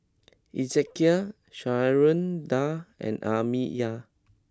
Ezekiel Sharonda and Amiya